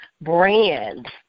brand